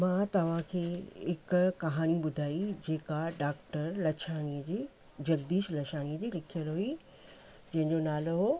मां तव्हां खे हिकु कहाणी ॿुधाई जेका डॉक्टर लछाणीअ जी जगदीश लछाणीअ जी लिखियलु हुई जंहिंजो नालो हुओ